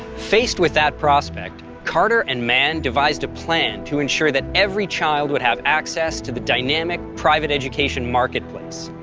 faced with that prospect, carter and mann devised a plan to ensure that every child would have access to the dynamic private education marketplace.